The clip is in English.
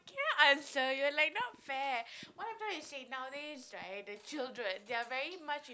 can I answer you're like not fair what I'm trying to say nowadays right the children they are very much